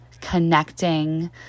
connecting